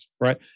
right